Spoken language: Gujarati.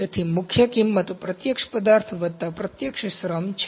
તેથી મુખ્ય કિંમત પ્રત્યક્ષ પદાર્થ વત્તા પ્રત્યક્ષ શ્રમ છે